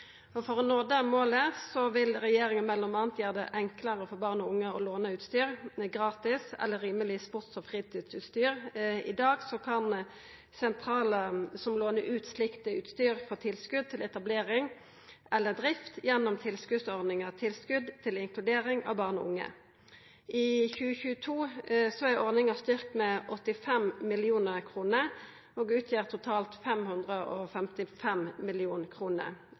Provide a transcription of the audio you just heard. For å nå det målet vil regjeringa m.a. gjera det enklare for barn og unge å låna sports- og fritidsutstyr gratis eller rimeleg. I dag kan sentralar som låner ut slikt utstyr, få tilskot til etablering eller drift gjennom ordninga «Tilskot til inkludering av barn og unge». I 2022 er ordninga styrkt med 85 mill. kr og utgjer totalt 555